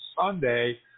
Sunday